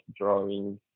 drawings